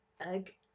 egg